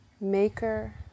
maker